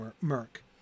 murk